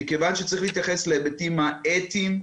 מכיוון שצריך להתייחס להיבטים האתיים,